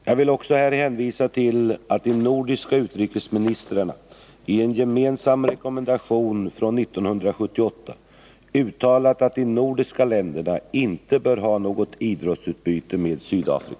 Jag vill också här hänvisa till att de nordiska utrikesministrarna i en gemensam rekommendation från 1978 uttalat att de nordiska länderna inte bör ha något idrottsutbyte med Sydafrika.